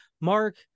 mark